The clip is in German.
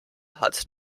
hat